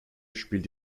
spielt